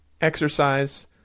exercise